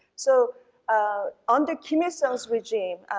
so ah under kim il-sung's regime,